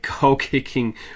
goal-kicking